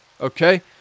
okay